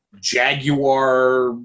jaguar